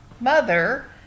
mother